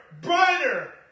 brighter